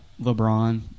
LeBron